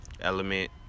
Element